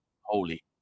holy